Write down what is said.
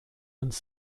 uns